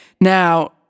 Now